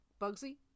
Bugsy